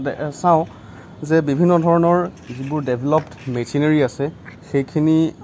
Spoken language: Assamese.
দে চাওঁ যে বিভিন্ন ধৰণৰ যিবোৰ ডেভলপ'ড মেচিনাৰী আছে সেইখিনি